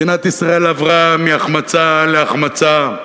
שבו מדינת ישראל עברה מהחמצה להחמצה,